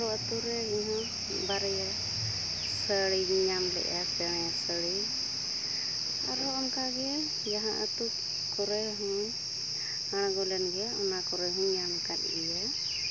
ᱠᱚᱠᱨᱚ ᱟᱛᱳ ᱨᱮ ᱢᱤᱫ ᱵᱟᱨᱭᱟ ᱥᱟᱹᱲᱤᱧ ᱧᱟᱢ ᱞᱮᱫᱟ ᱥᱟᱹᱲᱤ ᱟᱨᱦᱚᱸ ᱚᱱᱠᱟᱜᱮ ᱡᱟᱦᱟᱸ ᱟᱛᱳ ᱠᱚᱨᱮᱦᱩᱧ ᱟᱬᱜᱚ ᱞᱮᱱ ᱜᱮᱭᱟ ᱚᱱᱟ ᱠᱚᱨᱮ ᱦᱩᱧ ᱧᱟᱢ ᱟᱠᱟᱫ ᱜᱮᱭᱟ